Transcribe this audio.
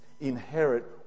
inherit